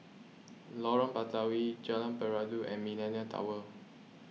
Lorong Batawi Jalan Peradun and Millenia Tower